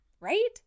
right